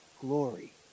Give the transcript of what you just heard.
glory